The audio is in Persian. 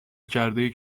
کرده